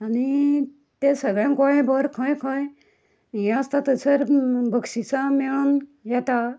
आनी ते सगळे गोंयभर खंय खंय हें आसता थंयसर बक्षिसां मेळोवन येता